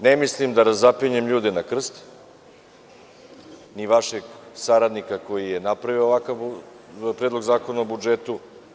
Ne mislim da razapinjem ljude na krst, ni vašeg saradnika koji je napravio ovakav predlog zakona o budžetu.